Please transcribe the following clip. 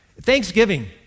Thanksgiving